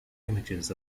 images